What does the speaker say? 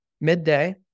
midday